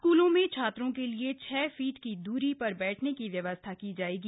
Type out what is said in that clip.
स्कूलों में छात्रों के लिए छह फीट की दूरी पर बैठने की व्यवस्था की जाएगी